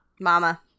Mama